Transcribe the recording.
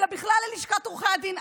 אלא בכלל ללשכת עורכי הדין,